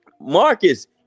Marcus